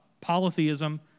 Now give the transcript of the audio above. Polytheism